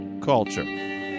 culture